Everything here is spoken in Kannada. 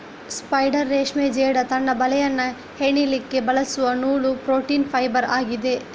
ಸ್ಪೈಡರ್ ರೇಷ್ಮೆ ಜೇಡ ತನ್ನ ಬಲೆಯನ್ನ ಹೆಣಿಲಿಕ್ಕೆ ಬಳಸುವ ನೂಲುವ ಪ್ರೋಟೀನ್ ಫೈಬರ್ ಆಗಿದೆ